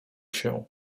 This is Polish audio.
się